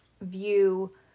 view